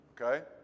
Okay